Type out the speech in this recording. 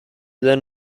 then